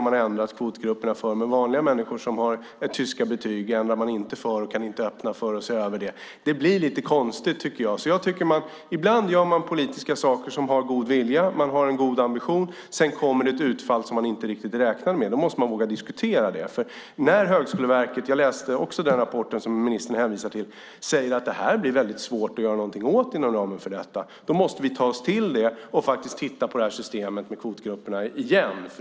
Man har inte ändrat för vanliga människor som har tyska betyg och det tänker man inte se över. Det blir lite konstigt. Ibland gör man politiska saker med god vilja och goda ambitioner men det blir ett utfall som man inte har räknat med. Då måste man våga diskutera det. Jag har också läst den rapport från Högskoleverket som ministern hänvisar till. När man säger att det blir svårt att göra något åt detta måste vi ta till oss det och titta på systemet med kvotgrupper igen.